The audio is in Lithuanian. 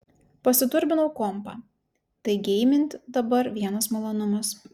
pasiturbinau kompą tai geimint dabar vienas malonumas